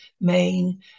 main